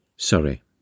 Sorry